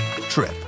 trip